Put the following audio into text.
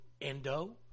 endo